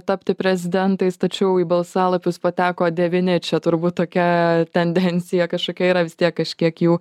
tapti prezidentais tačiau į balsalapius pateko devyni čia turbūt tokia tendencija kažkokia yra vis tiek kažkiek jų